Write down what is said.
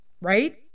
right